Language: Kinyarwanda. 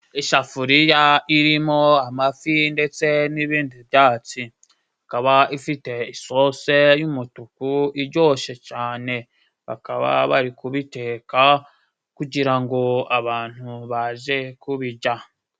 Isafuriya irimo amafi ndetse n'ibindi byatsi ikaba ifite isosi y'umutuku iryoshye cyane bakaba bari kubiteka kugira ngo abantu baze kubirya.